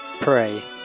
pray